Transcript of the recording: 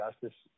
justice